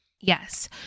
Yes